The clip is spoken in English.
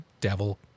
devil